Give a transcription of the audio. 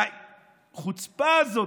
החוצפה הזאת.